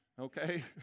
Okay